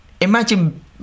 imagine